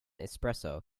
espresso